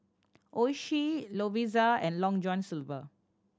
Oishi Lovisa and Long John Silver